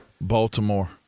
Baltimore